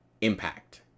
impact